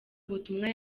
ubutumwa